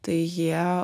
tai jie